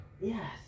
yes